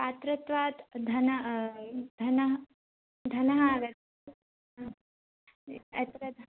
पात्रत्वात् धनं धनं धनम् आगच्छति अत्र